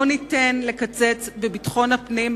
לא ניתן לקצץ בביטחון הפנים,